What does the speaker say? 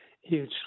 huge